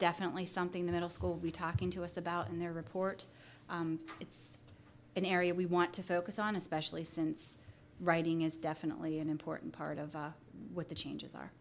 definitely something the middle school we're talking to us about in their report it's an area we want to focus on especially since writing is definitely an important part of what the changes